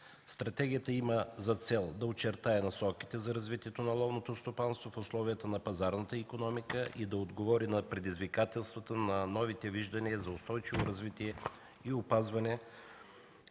Стратегията има за цел да очертае насоките за развитие на ловното стопанство в условията на пазарната икономика и да отговори на предизвикателствата на новите виждания за устойчиво развитие и опазване